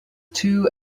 two